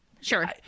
Sure